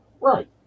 Right